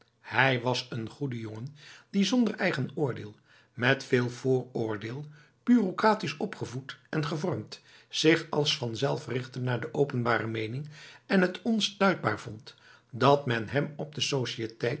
hij was een goede jongen die zonder eigen oordeel met veel vooroordeel bureaucratisch opgevoed en gevormd zich als vanzelf richtte naar de openbare meening en t onuitstaanbaar vond dat men hem op de